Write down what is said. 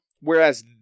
Whereas